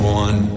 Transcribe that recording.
one